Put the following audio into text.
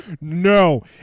no